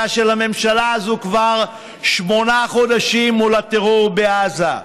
של הממשלה הזאת כבר שמונה חודשים מול הטרור בעזה.